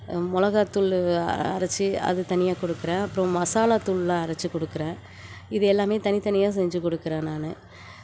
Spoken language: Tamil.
மிளகாத்தூள் அரைத்து அது தனியாக கொடுக்குறேன் அப்றம் மசாலா தூள்ல்லாம் அரைச்சு கொடுக்குறேன் இது எல்லாமே தனித்தனியாக செஞ்சு கொடுக்குறேன் நான்